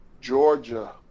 Georgia